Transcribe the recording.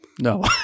No